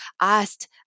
asked